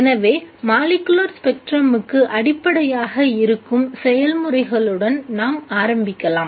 எனவே மாலிக்குலர் ஸ்பெக்ட்ரமுக்கு அடிப்படையாக இருக்கும் செயல்முறைகளுடன் நாம் ஆரம்பிக்கலாம்